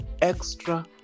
extra